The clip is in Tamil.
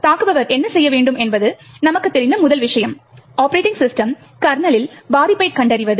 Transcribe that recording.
எனவே தாக்குபவர் என்ன செய்ய வேண்டும் என்பது நமக்குத் தெரிந்த முதல் விஷயம் ஒப்பரேட்டிங் சிஸ்டம் கர்னலில் பாதிப்பைக் கண்டறிவது